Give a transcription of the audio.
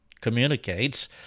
communicates